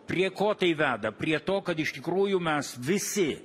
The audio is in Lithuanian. prie ko tai veda prie to kad iš tikrųjų mes visi